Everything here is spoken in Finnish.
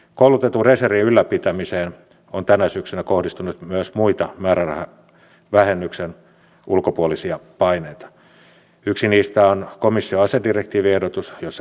ehkä on hyvä palata taas tähän joulunalushenkeen ja todeta täällä yhdessä että olemme kaikki armon ja armollisuuden sanoman tarpeessa